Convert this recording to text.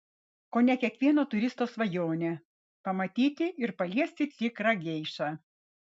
kone kiekvieno turisto svajonė pamatyti ir paliesti tikrą geišą